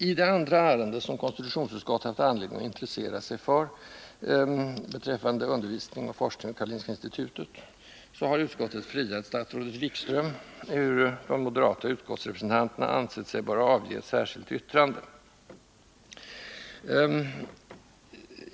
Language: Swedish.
I det andra ärendet, som konstitutionsutskottet haft anledning att intressera sig för beträffande undervisning och forskning vid Karolinska institutet, har utskottet friat statsrådet Wikström, ehuru de moderata utskottsrepresentanterna ansett sig böra avge ett särskilt yttrande.